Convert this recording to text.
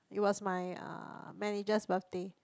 it was my uh manager's birthday